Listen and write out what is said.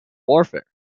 warfare